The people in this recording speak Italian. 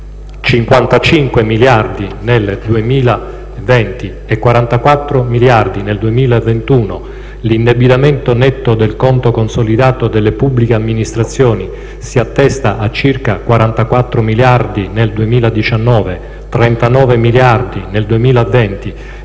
55 miliardi nel 2020 e 44 miliardi nel 2021, l'indebitamento netto del conto consolidato delle pubbliche amministrazioni si attesta a circa 44 miliardi nel 2019, 39 miliardi nel 2020 e